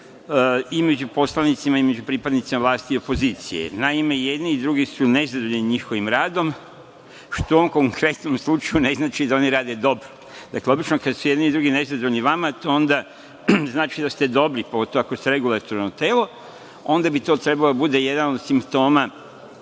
među poslanicima i među pripadnicima vlasti i opozicije. Naime, i jedni i drugi su nezadovoljni njihovim radom, što u ovom konkretnom slučaju ne znači da oni rade dobro. Obično kada su i jedni i drugi nezadovoljni vama, to znači da ste dobri, pogotovo ako ste regulatorno telo, onda bi to trebao da bude jedan od simptoma